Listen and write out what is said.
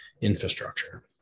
infrastructure